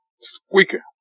squeaker